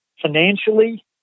financially